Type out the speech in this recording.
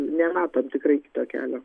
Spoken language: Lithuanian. nematom tikrai kito kelio